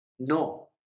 No